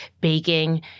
baking